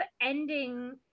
ending